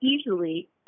easily